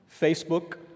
Facebook